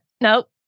nope